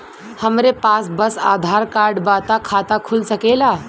हमरे पास बस आधार कार्ड बा त खाता खुल सकेला?